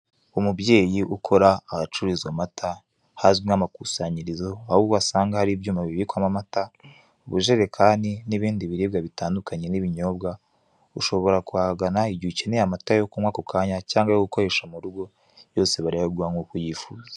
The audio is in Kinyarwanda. Umubyeyi ukora ahacururizwa amata hazwi nk'amakusanyirizo, aho uhasanga hari ibyuma bibikwamo amata, ubujerekani n'ibindi biribwa bitandukanye n'ibinyobwa. Ushobora kuhagana igihe ukeneye amata yo kunywa ako kanya cyangwa ayo gukoresha mu rugo, yose barayaguha nk'uko ubyifuza.